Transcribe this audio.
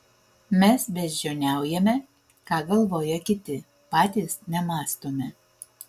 mes beždžioniaujame ką galvoja kiti patys nemąstome